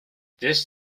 this